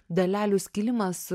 dalelių skilimas